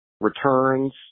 returns